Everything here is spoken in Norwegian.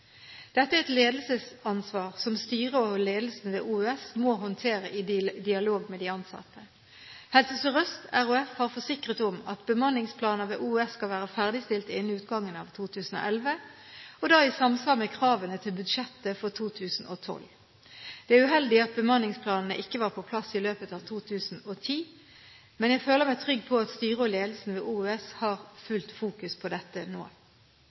Dette er et ledelsesansvar som styret og ledelsen ved OUS må håndtere i dialog med de ansatte. Helse Sør-Øst RHF har forsikret om at bemanningsplaner ved OUS skal være ferdigstilt innen utgangen av 2011, og da i samsvar med kravene til budsjettet for 2012. Det er uheldig at bemanningsplanene ikke var på plass i løpet av 2010, men jeg føler meg trygg på at styret og ledelsen ved OUS har fullt fokus på dette nå.